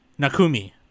Nakumi